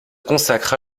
consacre